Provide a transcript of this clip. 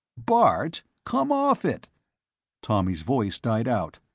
bart, come off it tommy's voice died out.